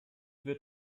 wird